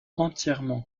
entièrement